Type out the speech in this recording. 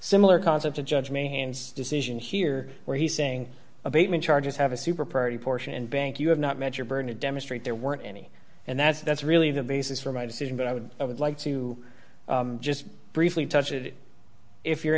similar concept to judge me decision here where he's saying abatement charges have a super priority portion and bank you have not met your burden to demonstrate there weren't any and that's that's really the basis for my decision but i would i would like to just briefly touch it if you're